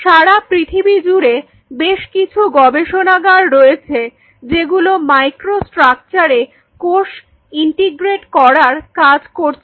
সারা পৃথিবী জুড়ে বেশকিছু গবেষণাগার রয়েছে যেগুলি মাইক্রো স্ট্রাকচারে কোষ ইন্টিগ্রেট করার কাজ করছে